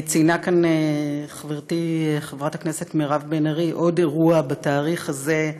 ציינה כאן חברתי חברת הכנסת מירב בן ארי עוד אירוע בתאריך הזה,